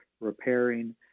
repairing